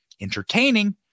entertaining